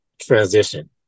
transition